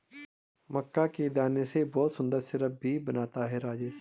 मक्का के दाने से बहुत सुंदर सिरप भी बनता है राजेश